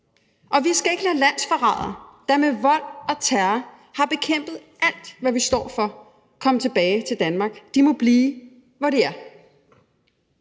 Vi skal ikke lade landsforrædere, der med vold og terror har bekæmpet alt, hvad vi står for, komme tilbage til Danmark. De må blive, hvor de er.